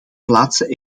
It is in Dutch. plaatse